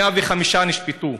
105 נשפטו,